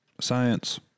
Science